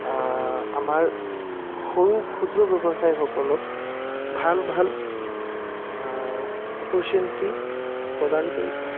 আমাৰ সৰু ক্ষুদ্ৰ ব্যৱসায়ীসকলক ভাল ভাল অপৰচুনিটী প্ৰদান কৰিছে